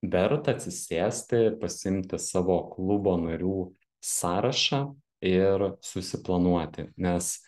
verta atsisėsti pasiimti savo klubo narių sąrašą ir susiplanuoti nes